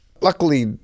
Luckily